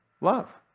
Love